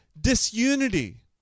disunity